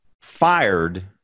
fired